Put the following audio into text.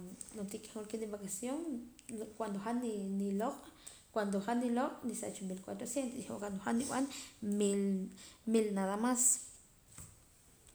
Ro'ntii ke han wulkiim de vacación cuando han ni niloq' cuando han niloq' nisach mil cuatrocientos y cuando han nib'an mil mil nada mas